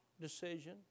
decision